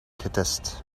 getest